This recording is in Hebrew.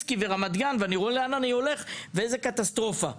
ז'בוטינסקי ברמת-גן ואני רואה לאן אני הולך ואיזו קטסטרופה שם.